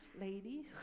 lady